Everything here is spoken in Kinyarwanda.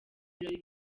ibirori